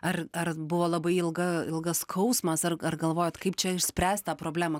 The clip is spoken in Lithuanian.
ar ar buvo labai ilga ilgas skausmas ar ar galvojot kaip čia išspręst tą problemą